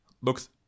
looks